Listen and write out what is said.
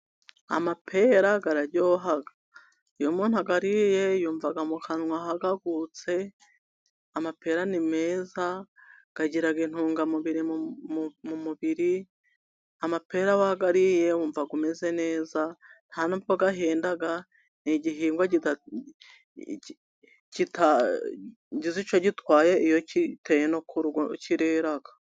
Amapera araryoha. Iyo umuntu ayariye yumva mu kanwa hagagutse, amapera ni meza, agira intungamubiri mu mubiri, amapera wayariye wumva umeze neza, nta n'ubwo ahenda, ni igihingwa kitagize icyo gitwaye, iyo giteye no ku rugo kirera.